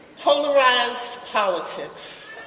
polarized politics,